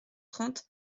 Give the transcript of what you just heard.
trente